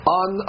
on